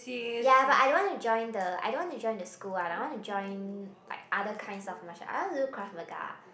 ya but I don't want to join the I don't want to join the school one I want to join like other kinds of martial art I want to do Krav-Maga